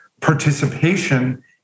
participation